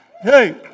hey